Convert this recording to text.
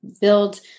build